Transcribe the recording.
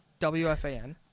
WFAN